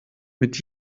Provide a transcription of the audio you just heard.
mit